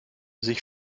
sich